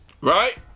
Right